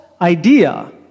idea